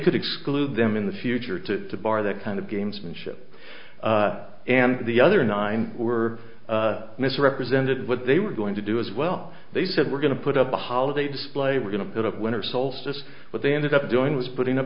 could exclude them in the future to bar that kind of gamesmanship and the other nine were misrepresented what they were going to do as well they said we're going to put up a holiday display we're going to put up winter solstice what they ended up doing was putting a